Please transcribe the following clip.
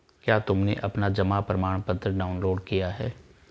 क्या तुमने अपना जमा प्रमाणपत्र डाउनलोड किया है?